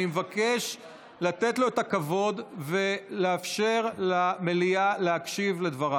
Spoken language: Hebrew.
אני מבקש לתת לו את הכבוד ולאפשר למליאה להקשיב לדבריו.